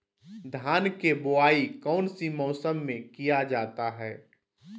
धान के बोआई कौन सी मौसम में किया जाता है?